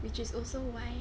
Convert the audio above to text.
which is also why